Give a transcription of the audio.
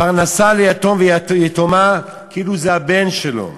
פרנסה ליתום ויתומה, כאילו זה הבן שלו.